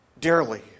dearly